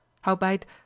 Howbeit